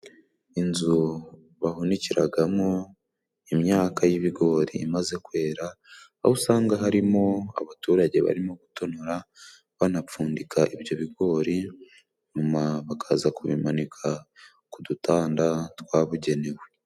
Inzu bahunikiragamo imyaka y'ibigori imaze kwera, aho usanga harimo abaturage barimo gutonora banapfundika ibyo bigori. Nyuma bakaza kubimanika ku dutanda twabugenewe.